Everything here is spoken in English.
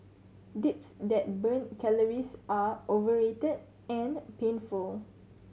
dips that burn calories are overrated and painful